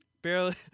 Barely